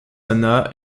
anna